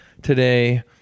Today